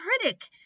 critic